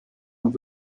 und